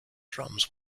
drums